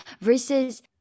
versus